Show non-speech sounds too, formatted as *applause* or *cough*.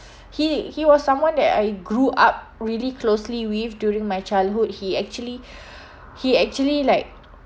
he he was someone that I grew up really closely with during my childhood he actually *breath* he actually like *noise*